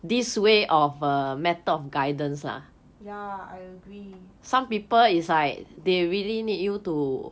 ya I agree